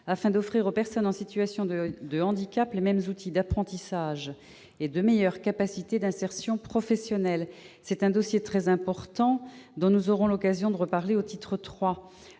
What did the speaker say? afin d'offrir aux personnes en situation de handicap les mêmes outils d'apprentissage et de meilleures capacités d'insertion professionnelle. C'est un dossier très important, dont nous aurons l'occasion de reparler au titre